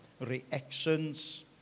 reactions